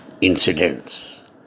incidents